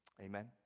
amen